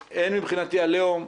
אין מבחינתי עליהום,